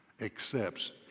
accepts